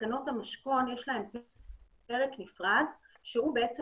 לתקנות המשכון יש פרק נפרד שהוא בעצם